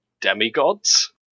demigods